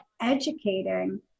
educating